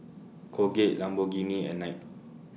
Colgate Lamborghini and Knight